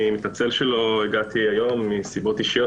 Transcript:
אני מתנצל שלא הגעתי היום מסיבות אישיות.